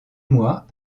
mois